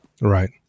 right